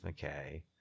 McKay